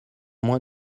moins